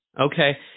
Okay